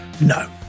no